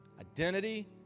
identity